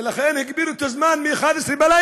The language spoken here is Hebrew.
ולכן הגבילו את הזמן מ-23:00,